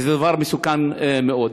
וזה דבר מסוכן מאוד.